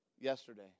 yesterday